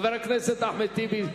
חבר הכנסת אחמד טיבי,